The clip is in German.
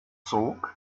zog